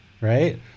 right